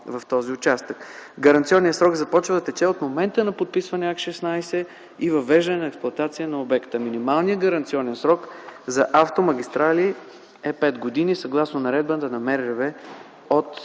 в този участък. Гаранционният срок започва да тече от момента на подписване на Акт 16 и въвеждане в експлоатация на обекта. Минималният гаранционен срок за автомагистрали е 5 години, съгласно наредбата на МРРБ от